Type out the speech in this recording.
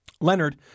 Leonard